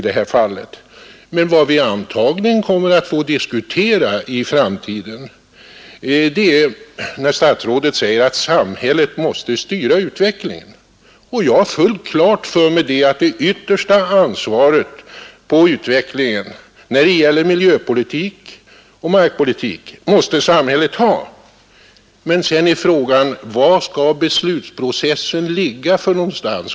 Men en sak kommer vi antagligen att få diskutera i framtiden. Statsrådet sade att samhället måste styra utvecklingen, och jag har fullt klart för mig att det yttersta ansvaret för utvecklingen när det gäller miljöpolitik och markpolitik måste samhället ha. Men sedan uppstår frågan, på vilken nivå besluten skall fattas.